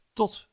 tot